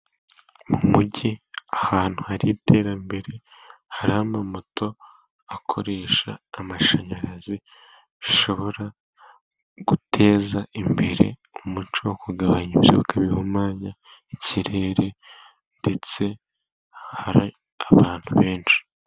Mu mujyi ahantu hari iterambere, hari amamoto akoresha amashanyarazi. Bishobora guteza imbere umuco wo kugabanya ibyuka bihumanya ikirere, ndetse hari abantu benshi.